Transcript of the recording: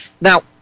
now